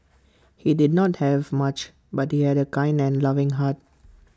he did not have much but he had A kind and loving heart